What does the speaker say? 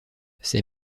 ses